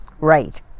Right